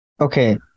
Okay